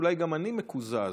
מי בעד?